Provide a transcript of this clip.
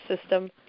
system